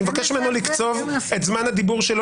אני מבקש ממנו לקצוב את זמן הדיבור שלו